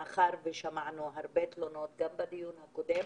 מאחר ושמענו הרבה תלונות בדיון הקודם